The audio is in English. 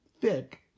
thick